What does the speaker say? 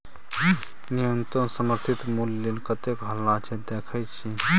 न्युनतम समर्थित मुल्य लेल कतेक हल्ला छै देखय छी